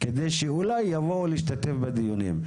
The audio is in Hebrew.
על מנת שאולי יבואו להשתתף בדיונים.